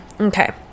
okay